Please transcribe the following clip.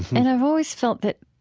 and i've always felt that,